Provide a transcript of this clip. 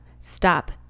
stop